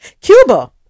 Cuba